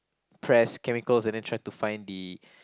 trace chemical and then try to find the